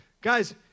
Guys